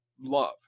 love